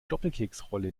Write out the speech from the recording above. doppelkeksrolle